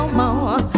more